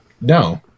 No